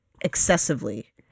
excessively